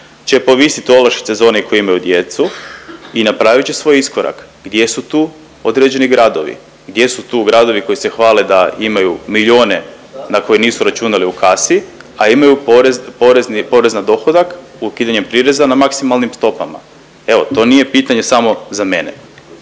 će povisit olakšice za one koji imaju djecu i napravit će svoj iskorak. Gdje su tu određeni gradovi? Gdje su tu gradovi koji se hvale da imaju milijune na koje nisu računali u kasi, a imaju porez, porezni, porez na dohodak ukidanjem prireza na maksimalnim stopama. Evo, to nije pitanje samo za mene.